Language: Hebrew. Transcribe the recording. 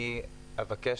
אני אבקש,